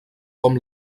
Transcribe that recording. com